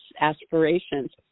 aspirations